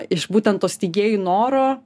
iš būtent to steigėjų noro